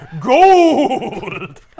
Gold